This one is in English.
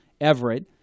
Everett